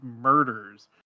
murders